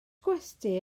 gwesty